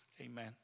amen